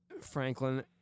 Franklin